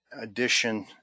edition